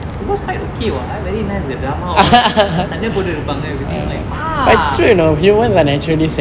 because quite okay [what] very nice the drama all சன்ட போட்டுட்டு இருப்பாங்க:sande potutu iruppange like mah